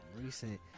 recent